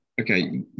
okay